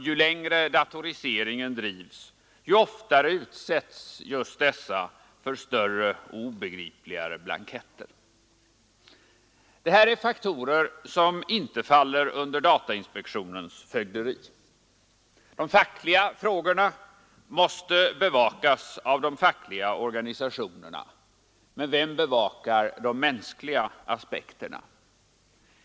Ju längre datoriseringen drivs, ju oftare utsätts just dessa för större och obegripligare blanketter. Det här är faktorer som inte faller under datainspektionens fögderi. De fackliga frågorna måste bevakas av de fackliga organisationerna, men vem bevakar de mänskliga aspekterna?